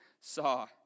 saw